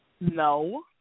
No